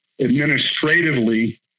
administratively